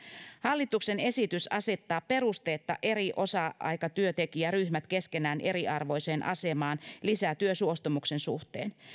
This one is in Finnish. hallituksen esitys asettaa perusteetta eri osa aikatyöntekijäryhmät keskenään eriarvoiseen asemaan lisätyösuostumuksen suhteen